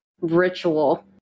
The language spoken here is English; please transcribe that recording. ritual